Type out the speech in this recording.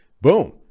Boom